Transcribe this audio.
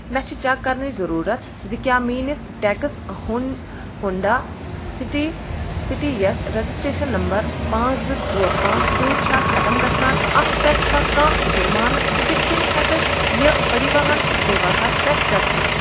مےٚ چھِ چَک کَرنٕچ ضٔروٗرت زِ کیٛاہ میٛٲنِس ٹٮ۪کٕس ہُن ہُنٛڈا سِٹی سِٹی یَس رَجِسٹرٛیشَن نمبر پانٛژھ زٕ ژور پانٛژھ سۭتۍ چھےٚ ختم گژھان اَتھ پؠٹھ چھےٚ کانٛہہ جُرمانہٕ بہٕ کِتھ کٔنۍ ہؠکہٕ یہِ پٔرِواہَن سیواہس پؠٹھ چَک کٔرِتھ